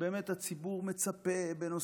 שבאמת הציבור מצפה להם,